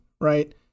right